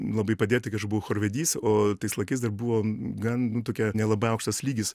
labai padėjo tai kad aš buvau chorvedys o tais laikais dar buvo gan nu tokie nelabai aukštas lygis